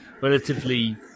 relatively